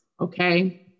okay